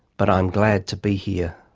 but i'm glad to be here.